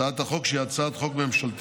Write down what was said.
הצעת החוק, שהיא הצעת חוק ממשלתית,